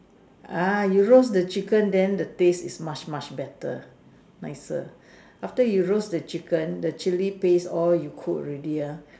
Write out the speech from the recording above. ah you roast the chicken then the taste is much much better nicer after you roast the chicken the Chili paste all you cook already ah